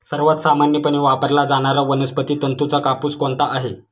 सर्वात सामान्यपणे वापरला जाणारा वनस्पती तंतूचा कापूस कोणता आहे?